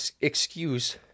excuse